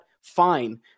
fine